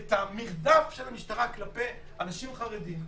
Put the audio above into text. את המרדף של המשטרה כלפי אנשים חרדים,